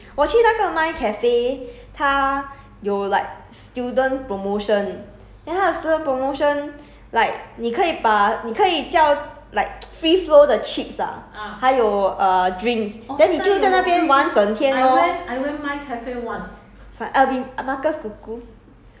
but I think that one don't have like inclusive of all the package 我去那个 minds cafe 它有 like student promotion then 它的 student promotion like 你可以把你可以叫 like free flow 的 chips ah 还有 err drinks then 你就在那边玩整天 lor